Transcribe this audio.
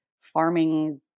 farming